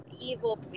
evil